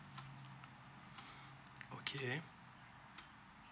okay